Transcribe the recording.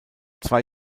zwei